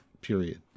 period